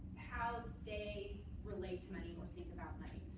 how they relate to money or think about money.